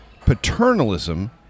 paternalism